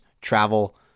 travel